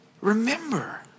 remember